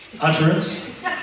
utterance